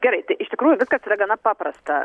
gerai tai iš tikrųjų viskas yra gana paprasta